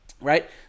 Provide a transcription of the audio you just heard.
right